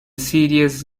serious